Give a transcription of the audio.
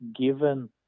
given